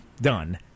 done